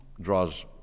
draws